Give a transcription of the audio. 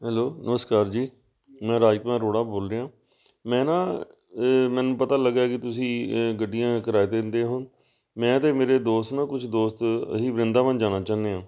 hello ਨਮਸਕਾਰ ਜੀ ਮੈਂ ਰਾਜ ਕੁਮਾਰ ਅਰੋੜਾ ਬੋਲ ਰਿਹਾ ਮੈਂ ਨਾ ਮੈਨੂੰ ਪਤਾ ਲੱਗਿਆ ਕਿ ਤੁਸੀਂ ਗੱਡੀਆਂ ਕਿਰਾਏ 'ਤੇ ਦਿੰਦੇ ਹੋ ਮੈਂ ਅਤੇ ਮੇਰੇ ਦੋਸਤ ਨਾ ਕੁਝ ਦੋਸਤ ਅਸੀਂ ਵ੍ਰਿੰਦਾਵਨ ਜਾਣਾ ਚਾਹੁੰਦੇ ਹਾਂ